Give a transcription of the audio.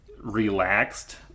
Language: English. relaxed